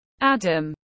Adam